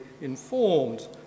informed